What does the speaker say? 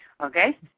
Okay